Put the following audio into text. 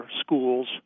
schools